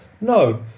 no